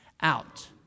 out